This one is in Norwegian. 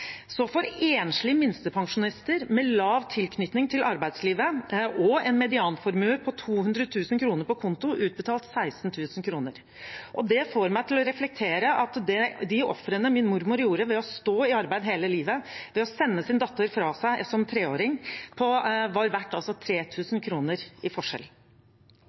får enslige minstepensjonister med lav tilknytning til arbeidslivet og en medianformue på 200 000 kr på konto utbetalt 16 000 kr. Det får meg til å reflektere over at de ofrene min mormor gjorde ved å stå i arbeid hele livet, ved å sende sin datter fra seg som treåring, altså var verdt 3 000 kr i forskjell.